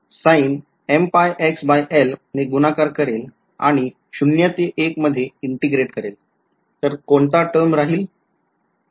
मी दोन्ही बाजूने ने गुणाकार करेल आणि शून्य ० ते एक १ मधे integrate करेल तर कोणता टर्म राहील